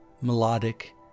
melodic